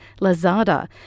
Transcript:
Lazada